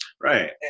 Right